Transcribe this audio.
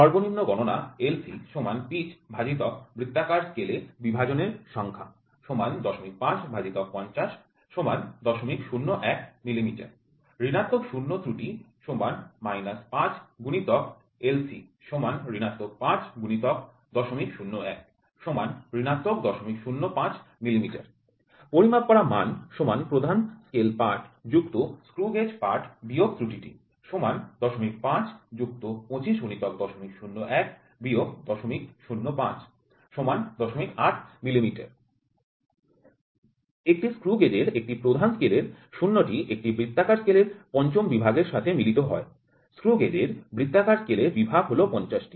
সর্বনিম্ন গণনা Least Count LC পিচবৃত্তাকার স্কেলে বিভাজনের সংখ্যা ০৫৫০ ০০১ মিমি ঋণাত্মক শূন্য ত্রুটি −¿৫ × LC −৫×০০১ −০০৫ মিমি পরিমাপ করা মান প্রধান স্কেল পাঠ স্ক্রু গেজ পাঠ ত্রুটি ০৫ ২৫ × ০০১ −¿ ০০৫ ০৮০ মিমি একটি স্ক্রু গেজের একটি প্রধান স্কেলের শূন্যটি একটি বৃত্তাকার স্কেলের পঞ্চম বিভাগের সাথে মিলিত হয় স্ক্রু গেজের বৃত্তাকার স্কেলে বিভাগ হল ৫০ টি